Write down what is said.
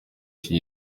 iki